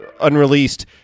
unreleased